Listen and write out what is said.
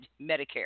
Medicare